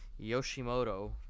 Yoshimoto